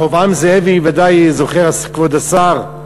רחבעם זאבי, ודאי זוכר כבוד השר,